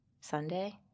Sunday